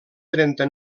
trenta